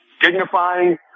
dignifying